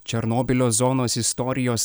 černobylio zonos istorijos